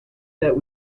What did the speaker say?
that